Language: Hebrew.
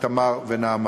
איתמר ונעמה.